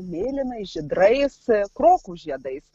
mėlynais žydrais krokų žiedais